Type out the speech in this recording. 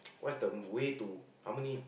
what's the way to how many